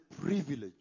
privilege